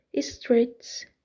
streets